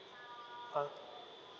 uh